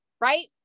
right